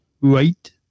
right